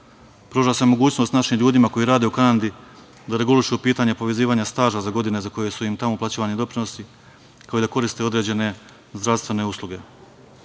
se mogućnost našim ljudima koji rade u Kanadi da regulišu pitanja povezivanja staža za godine za koje su im tamo uplaćivani doprinosi, kao i da koriste određene zdravstvene